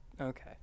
okay